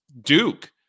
Duke